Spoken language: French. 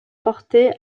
porté